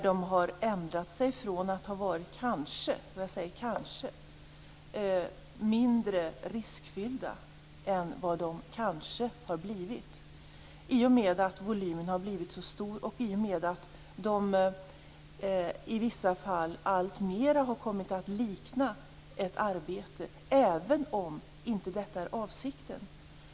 De har ändrat sig från att kanske - och jag säger kanske - ha varit mindre riskfyllda än vad de kanske har blivit i och med att volymen har blivit så stor och i och med att de i vissa fall alltmer har kommit att likna ett arbete, även om detta inte är avsikten.